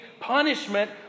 punishment